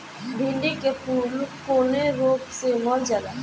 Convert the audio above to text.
भिन्डी के फूल कौने रोग से मर जाला?